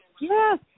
Yes